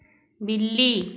बिल्ली